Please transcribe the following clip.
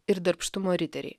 ir darbštumo riteriai